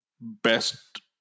best